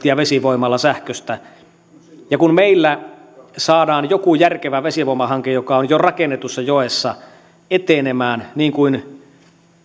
yhdeksänkymmentäyhdeksän prosenttia vesivoimalla sähköstä kun meillä saadaan joku järkevä vesivoimahanke joka on jo rakennetussa joessa etenemään niin kuin